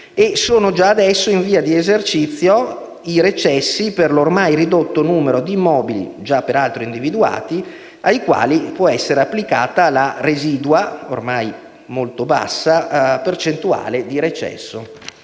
sono già in via di esercizio i recessi per il ridotto numero di immobili, già peraltro individuati, ai quali era applicabile la residua (ormai molto bassa) percentuale di recesso: